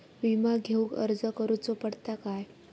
विमा घेउक अर्ज करुचो पडता काय?